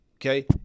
Okay